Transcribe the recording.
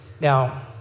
Now